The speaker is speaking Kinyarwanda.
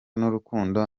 n’urukundo